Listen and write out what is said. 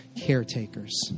caretakers